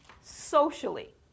socially